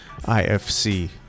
IFC